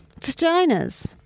Vaginas